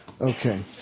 Okay